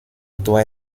toit